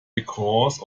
because